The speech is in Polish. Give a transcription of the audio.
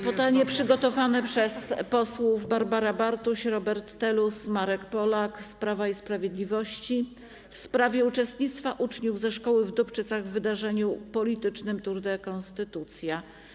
Pytanie przygotowane przez posłów Barbarę Bartuś, Roberta Telusa i Marka Polaka z Prawa i Sprawiedliwości w sprawie uczestnictwa uczniów ze szkoły w Dobczycach w wydarzeniu politycznym Tour de Konstytucja.